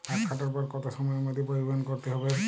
আখ কাটার পর কত সময়ের মধ্যে পরিবহন করতে হবে?